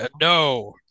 No